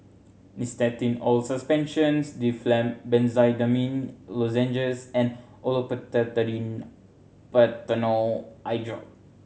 Nystatin Oral Suspension Difflam Benzydamine Lozenges and Olopatadine Patanol Eyedrop